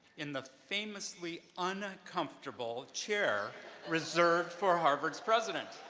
in the famously uncomfortable chair reserved for harvard's president.